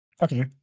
Okay